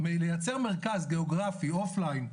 לייצר מרכז גאוגרפי אוף ליין,